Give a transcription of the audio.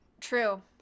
True